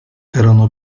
erano